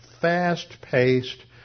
fast-paced